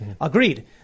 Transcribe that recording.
Agreed